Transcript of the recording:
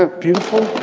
ah beautiful.